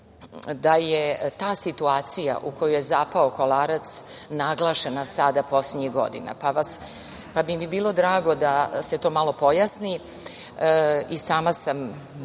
da je ta situacija u koju je zapao Kolarac naglašena sada poslednjih godina, pa bi mi bilo drago da se to pojasni.I sama sam